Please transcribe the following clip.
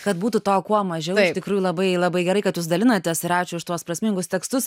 kad būtų to kuo mažiau iš tikrųjų labai labai gerai kad jūs dalinatės ir ačiū už tuos prasmingus tekstus